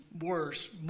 Worse